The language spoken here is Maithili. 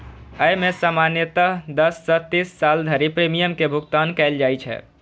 अय मे सामान्यतः दस सं तीस साल धरि प्रीमियम के भुगतान कैल जाइ छै